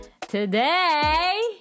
Today